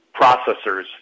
processors